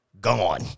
gone